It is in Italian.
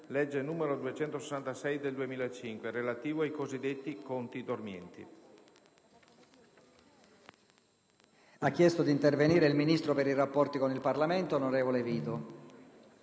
legge n. 266 del 2005, relativo ai cosiddetti conti dormienti».